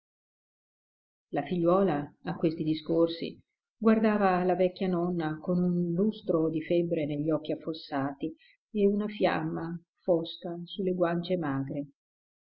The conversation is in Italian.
la figliuola a questi discorsi guardava la vecchia nonna con un lustro di febbre negli occhi affossati e una fiamma fosca sulle guance magre